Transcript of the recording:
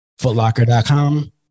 Footlocker.com